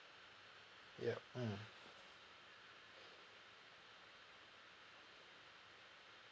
ya mmhmm